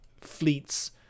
fleets